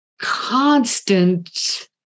constant